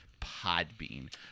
Podbean